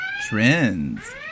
trends